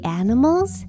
animals